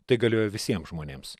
tai galioja visiems žmonėms